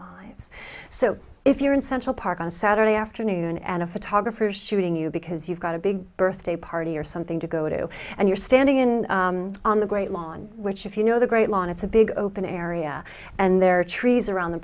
lives so if you're in central park on saturday afternoon and a photographer shooting you because you've got a big birthday party or something to go to and you're standing in on the great lawn which if you know the great lawn it's a big open area and there are trees around the